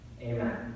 amen